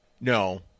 No